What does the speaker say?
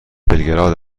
بلگراد